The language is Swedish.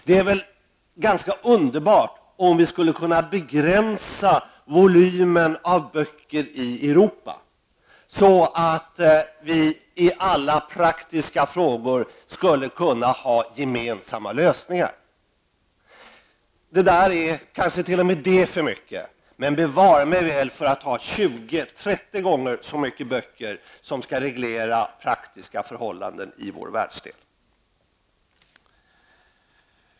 Det vore väl ganska underbart om vi kunde begränsa volymen av böcker i Europa så att vi i alla praktiska frågor skulle kunna ha gemensamma lösningar. Redan den här bokhögen är kanske för mycket, men bevare mig väl för att ha 20 eller 30 gånger så många böcker som skall reglera praktiska förhållanden i vår världsdel.